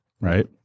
Right